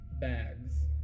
bags